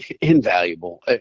invaluable